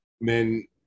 men